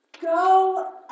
Go